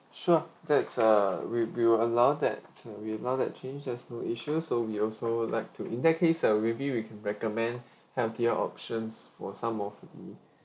sure that's uh we we will allow that uh we will allow that changes no issue so we also like to in that case I'll maybe we can recommend healthier options for some of the